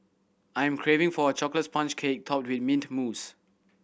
I am craving for a chocolate sponge cake topped with mint mousse